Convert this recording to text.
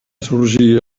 sorgir